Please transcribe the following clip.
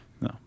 No